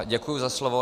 Děkuji za slovo.